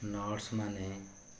ନର୍ସମାନେ